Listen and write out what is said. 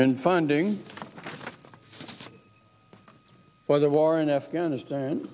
in funding for the war in afghanistan